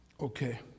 Okay